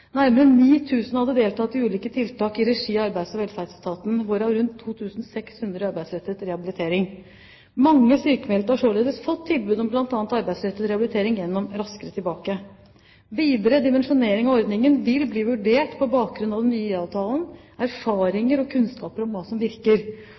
Nærmere 9 000 hadde deltatt i ulike tiltak i regi av Arbeids- og velferdsetaten, hvorav rundt 2 600 i arbeidsrettet rehabilitering. Mange sykmeldte har således fått tilbud om bl.a. arbeidsrettet rehabilitering gjennom Raskere tilbake. Videre dimensjonering av ordningen vil bli vurdert på bakgrunn av den nye